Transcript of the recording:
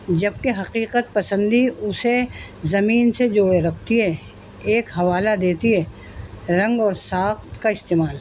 جبکہ حقیقت پسندی اسے زمین سے جوڑے رکھتی ہے ایک حوالہ دیتی ہے رنگ اور ساخت کا استعمال